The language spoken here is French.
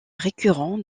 récurrent